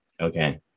Okay